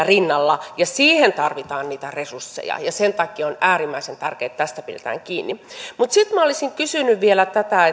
rinnalla siihen tarvitaan niitä resursseja ja sen takia on äärimmäisen tärkeää että tästä pidetään kiinni sitten minä olisin kysynyt vielä tätä